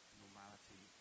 normality